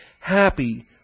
Happy